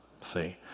See